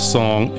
song